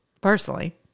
personally